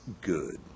good